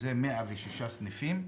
שזה 106 סניפים,